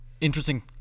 interesting